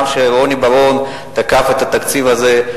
גם כשרוני בר-און תקף את התקציב הזה,